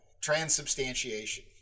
transubstantiation